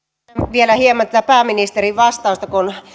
vielä hieman tätä pääministerin vastausta kun